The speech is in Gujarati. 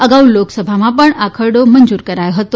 અગાઉ લોકસભામાં પણ આ ખરડો મંજુર કરાયો હતો